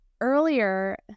Earlier